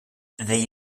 they